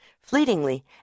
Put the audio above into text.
Fleetingly